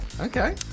Okay